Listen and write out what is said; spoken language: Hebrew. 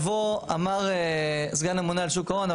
אמר סגן הממונה על שוק ההון,